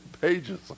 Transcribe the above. pages